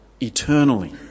eternally